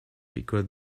because